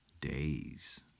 days